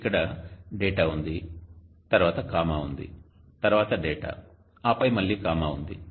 ఇక్కడ డేటా ఉంది తర్వాత కామా ఉంది తర్వాత డేటా ఆపై మళ్ళీ కామా ఉంది